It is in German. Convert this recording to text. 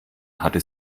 hatte